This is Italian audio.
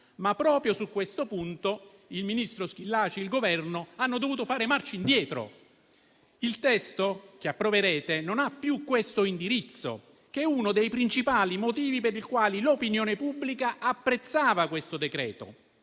Proprio su questo punto, però, il ministro Schillaci e il Governo hanno dovuto fare marcia indietro. Il testo che approverete non ha più questo indirizzo, che è uno dei principali motivi per i quali l'opinione pubblica apprezzava questo decreto-legge.